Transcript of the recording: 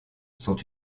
sont